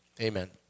Amen